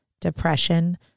depression